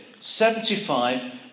75